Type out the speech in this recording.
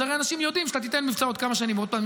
אז הרי אנשים יודעים שאתה תיתן מבצע עוד כמה שנים עוד פעם.